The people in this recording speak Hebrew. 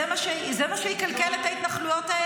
זה מה שיכלכל את ההתנחלויות?